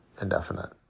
indefinite